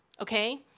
Okay